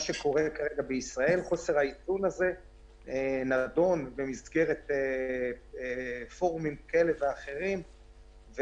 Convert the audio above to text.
שקורה כרגע בישראל נידון במסגרת פורומים כאלה ואחרים,